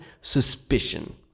suspicion